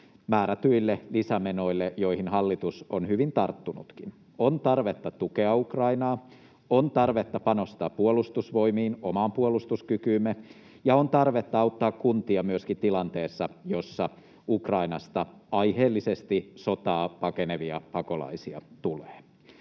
määrätyille lisämenoille, joihin hallitus on hyvin tarttunutkin. On tarvetta tukea Ukrainaa, on tarvetta panostaa Puolustusvoimiin, omaan puolustuskykyymme, ja on tarvetta auttaa myöskin kuntia tilanteessa, jossa Ukrainasta aiheellisesti sotaa pakenevia pakolaisia tulee.